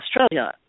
Australia